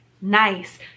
nice